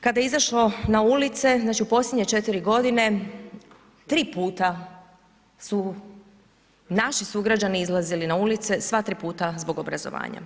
Kada je izašlo na ulice, znači u posljednje 4 g., tri puta su naši sugrađani izlazili na ulice, sva tri puta zbog obrazovanja.